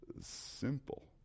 simple